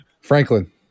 Franklin